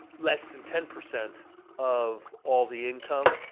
less than ten percent of all the income.